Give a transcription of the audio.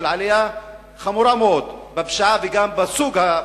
עלייה חמורה מאוד בפשיעה וגם בסוג הפושעים,